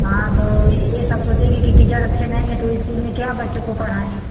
हाँ तो ये सब सोचेंगे कि टीचर अच्छे नहीं हैं तो इस्कूल में क्या बच्चों को पढ़ाएँ